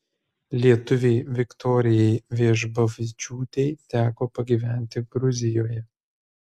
lietuvei viktorijai vežbavičiūtei teko pagyventi gruzijoje